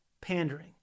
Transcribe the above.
pandering